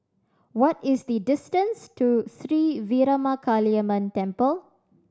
what is the distance to Sri Veeramakaliamman Temple